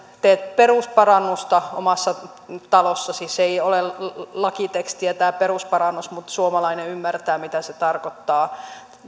teet perusparannusta omassa talossasi se ei ole lakitekstiä tämä perusparannus mutta suomalainen ymmärtää mitä tarkoittaa